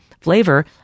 flavor